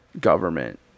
government